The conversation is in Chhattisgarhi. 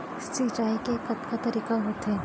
सिंचाई के कतका तरीक़ा होथे?